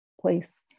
place